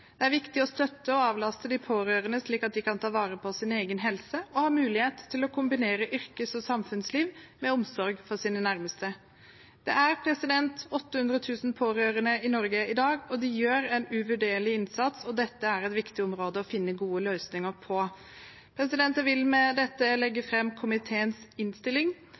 Det er viktig å støtte og avlaste de pårørende, slik at de kan ta vare på sin egen helse og ha mulighet til å kombinere yrkes- og samfunnsliv med omsorg for sine nærmeste. Det er 800 000 pårørende i Norge i dag. De gjør en uvurderlig innsats, og dette er et viktig område å finne gode løsninger på. Jeg vil med dette legge fram komiteens innstilling.